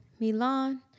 Milan